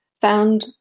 found